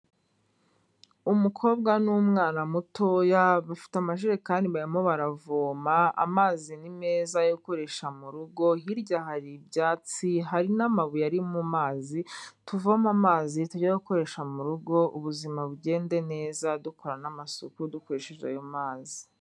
Umukobwa n'umwana mutoya bafite amajerekani barimo baravoma, amazi ni meza yo gukoreshasha mu rugo, hirya hari ibyatsi, hari n'amabuye ari mu mazi, tuvome amazi tujya gukoresha mu rugo, ubuzima bugende neza dukora n'amasuku dukoresheje ayo mazi.